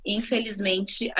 infelizmente